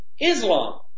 Islam